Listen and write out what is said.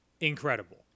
incredible